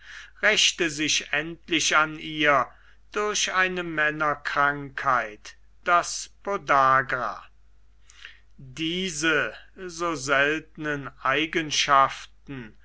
rächte sich endlich auch an ihr durch eine männerkrankheit das podagra diese so seltenen eigenschaften